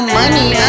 money